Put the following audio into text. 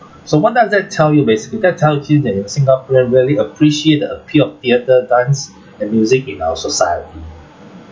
so what does that tell you basically that tells you that singaporeans really appreciate the appeal of theatre dance and music in our society